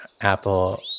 Apple